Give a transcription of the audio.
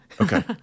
Okay